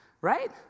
Right